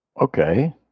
okay